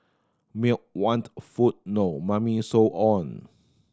milk want food no Mummy so on